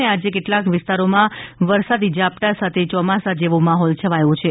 અને કેટલાક વિસ્તારોમાં વરસાદી ઝાપટા સાથે યોમાસા જેવો માહોલ છવાયો છે